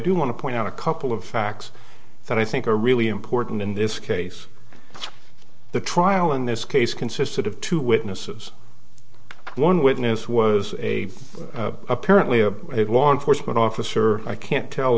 do want to point out a couple of facts that i think are really important in this case the trial in this case consisted of two witnesses one witness was a apparently a law enforcement officer i can't tell